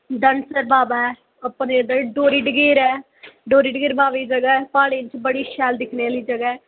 धनसर बाबा ऐ अपने गै डोरी डगेर ऐ डोरी डगेर बाबे दी जगह ऐ प्हाड़ें च बड़ी शैल दिक्खने आह्ली जगह ऐ